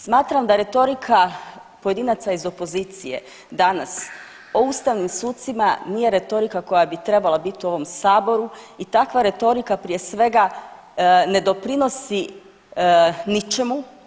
Smatram da retorika pojedinaca iz opozicije danas o ustavnim sucima nije retorika koja bi trebala bit u ovom saboru i takva retorika prije svega ne doprinosi ničemu.